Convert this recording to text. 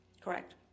Correct